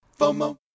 FOMO